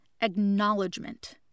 acknowledgement